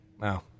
wow